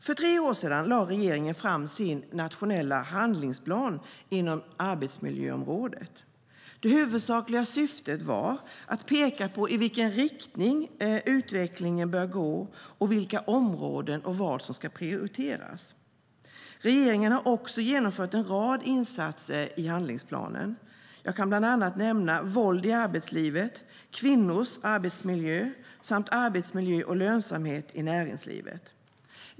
För tre år sedan lade regeringen fram sin nationella handlingsplan inom arbetsmiljöområdet. Det huvudsakliga syftet var att peka på i vilken riktning utvecklingen bör gå och vilka områden och vad som ska prioriteras. Regeringen har också genomfört en rad insatser i handlingsplanen. Jag kan nämna bland annat våld i arbetslivet, kvinnors arbetsmiljö samt arbetsmiljö och lönsamhet i näringslivet.